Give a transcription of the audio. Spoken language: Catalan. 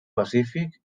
pacífic